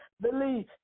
Believe